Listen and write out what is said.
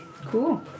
Cool